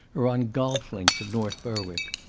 or on golf-links at north berwick.